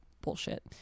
bullshit